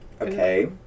okay